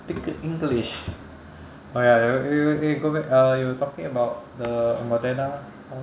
speak english oh ya we we were eh go back uh you were talking about the moderna